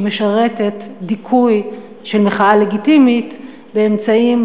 משרתת דיכוי של מחאה לגיטימית באמצעים,